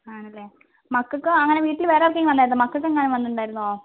ആണല്ലേ മക്കൾക്കോ അങ്ങനെ വീട്ടിൽ വേറെ ആർക്കെങ്കിലും വന്നായിരുന്നോ മക്കൾക്കെങ്ങാനും വന്നിട്ടുണ്ടായിരുന്നോ